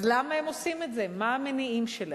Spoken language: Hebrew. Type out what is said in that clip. אז למה הם עושים את זה, מה המניעים שלהם?